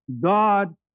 God